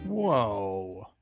Whoa